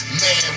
man